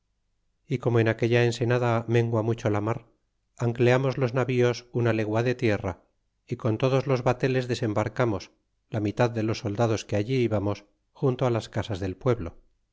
y como en aquella ensenada mengua mucho la mar ancleamos los navíos una legua de tierra y con todos los bateles desembarcamos la mitad de los soldados que allí íbamos junto las casas del pueblo